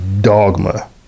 dogma